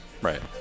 right